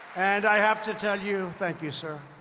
and i have to tell you thank you, sir